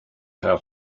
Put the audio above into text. how